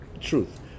truth